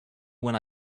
when